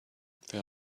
there